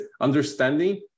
understanding